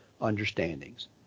understandings